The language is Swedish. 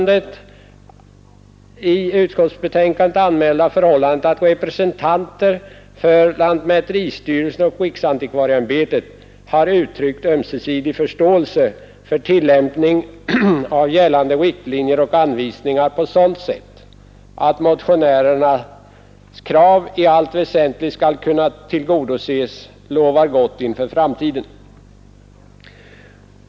Det i utskottsbetänkandet anmälda förhållandet, att representanter för lantmäteristyrelsen och riksantikvarieämbetet har uttryckt ömsesidig förståelse för tillämpning av gällande riktlinjer och anvisningar på sådant sätt att motionärernas önskemål i allt väsentligt skall kunna tillgodoses, lovar gott för framtiden.